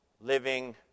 living